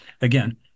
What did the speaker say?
Again